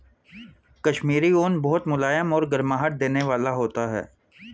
कश्मीरी ऊन बहुत मुलायम और गर्माहट देने वाला होता है